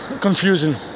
confusing